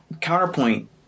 counterpoint